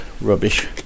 rubbish